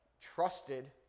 trusted